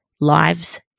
lives